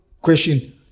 question